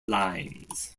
lines